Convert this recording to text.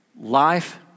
life